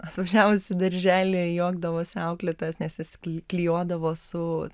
atvažiavus į darželį juokdavosi auklėtojos nes jis kli klijuodavo su